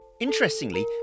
Interestingly